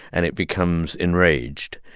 and it becomes enraged.